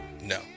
No